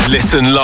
Listen